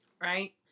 Right